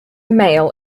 mail